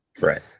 right